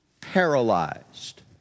paralyzed